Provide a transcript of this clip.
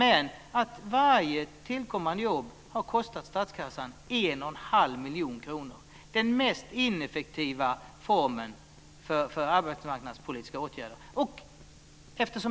Men varje jobb som har tillkommit har kostat statskassan 1 1⁄2 miljon kronor. Det är den mest ineffektiva formen av arbetsmarknadspolitiska åtgärder.